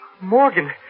Morgan